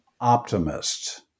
optimist